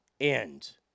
end